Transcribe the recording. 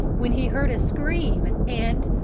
when he heard a scream and,